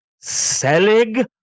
Selig